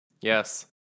Yes